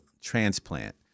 transplant